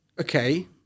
okay